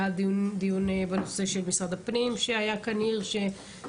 היה דיון בנושא של משרד הפנים שהיה כאן הירש,